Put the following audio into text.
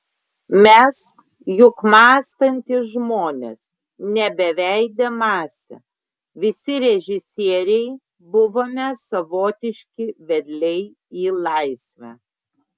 mes juk mąstantys žmonės ne beveidė masė visi režisieriai buvome savotiški vedliai į laisvę